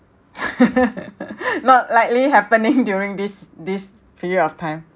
not likely happening during this this period of time